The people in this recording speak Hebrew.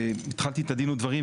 והתחלתי איתה דין ודברים,